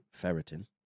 ferritin